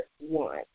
one